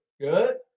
Good